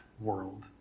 world